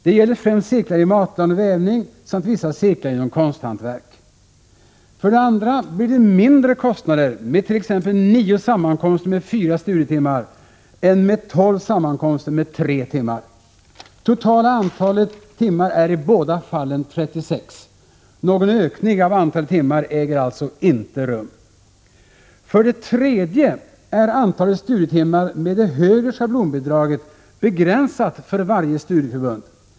Det gäller främst cirklar i För det andra blir det mindre kostnader med t.ex. nio sammankomster 20 maj 1987 med fyra studietimmar än med tolv sammankomster med tre timmar. Det totala antalet timmar är i båda fallen 36. Någon ökning av antalet timmar äger alltså inte rum. För det tredje är antalet studietimmar med det högre schablonbidraget begränsat för varje studieförbund.